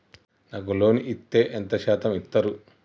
నాకు లోన్ ఇత్తే ఎంత శాతం ఇత్తరు?